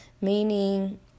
meaning